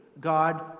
God